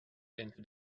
into